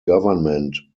government